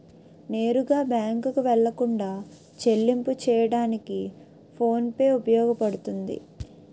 నేరుగా బ్యాంకుకు వెళ్లకుండా చెల్లింపు చెయ్యడానికి ఫోన్ పే ఉపయోగపడుతుంది